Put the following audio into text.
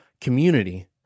community